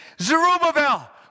Zerubbabel